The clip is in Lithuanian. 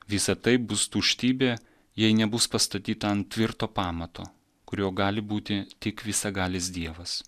visa tai bus tuštybė jei nebus pastatyta ant tvirto pamato kuriuo gali būti tik visagalis dievas